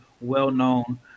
well-known